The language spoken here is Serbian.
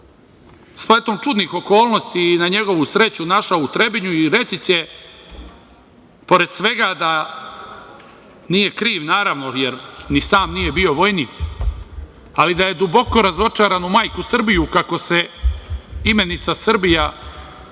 spletom čudnih okolnosti i na njegovu sreću, našao u Trebinju i reći će, pored svega, da nije kriv, naravno, jer ni sam nije bio vojnik, ali da je duboko razočaran u majku Srbiju, kako se imenica Srbija